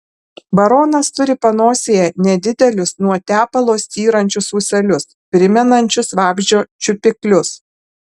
baronas turi panosėje nedidelius nuo tepalo styrančius ūselius primenančius vabzdžio čiupiklius